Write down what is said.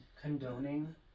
condoning